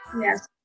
Yes